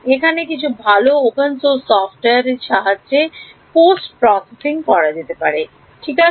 এখানে কিছু ভালো ওপেন সোর্স সফটওয়্যার আছে যার সাহায্যে পোস্ট প্রসেসিং করা যেতে পারে ঠিক আছে